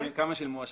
כמה שילמו השנה?